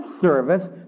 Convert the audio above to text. service